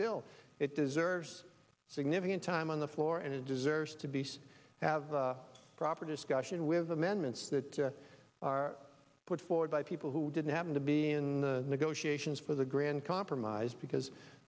still it deserves significant time on the floor and it deserves to be have a proper discussion with amendments that are put forward by people who didn't happen to be in the negotiations for the grand compromise because